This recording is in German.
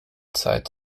zeit